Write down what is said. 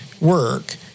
work